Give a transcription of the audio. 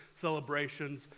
celebrations